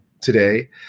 today